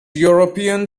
european